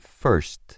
first